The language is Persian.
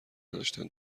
نداشتن